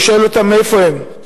והוא שואל אותם מאיפה הם.